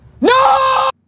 No